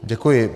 Děkuji.